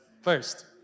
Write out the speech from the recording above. first